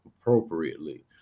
appropriately